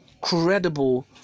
credible